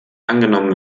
angenommen